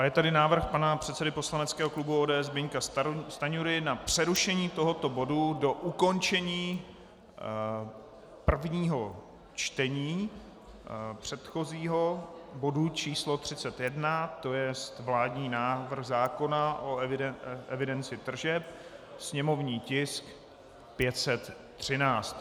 Je tady návrh pana předsedy poslaneckého klubu ODS Zbyňka Stanjury na přerušení tohoto bodu do ukončení prvního čtení předchozího bodu č. 31, to jest vládní návrh zákona o evidenci tržeb, sněmovní tisk 513.